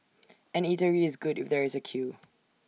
an eatery is good if there is A queue